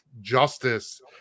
justice